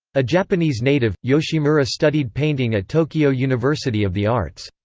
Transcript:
a japanese native, yoshimura studied painting at tokyo university of the arts.